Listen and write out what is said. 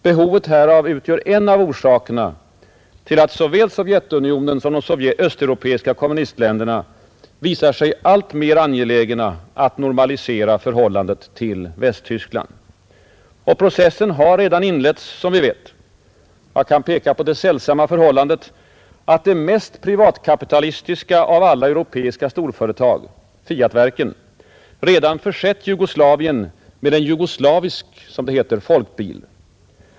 Behovet härav utgör en av orsakerna till att såväl Sovjetunionen som de östeuropeiska kommunistländerna visar sig alltmer angelägna att normalisera förhållandet till Västtyskland. Processen har redan inletts som vi vet. Jag kan peka på det sällsamma förhållandet att det mest privatkapitalistiska av alla europeiska storföretag — Fiatverken — redan försett Jugoslavien med, som det heter, en jugoslavisk folkbil.